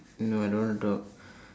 no I don't want to talk